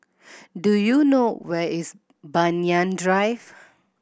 do you know where is Banyan Drive